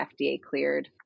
FDA-cleared